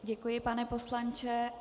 Děkuji, pane poslanče.